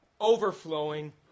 overflowing